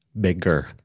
bigger